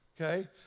okay